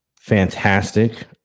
fantastic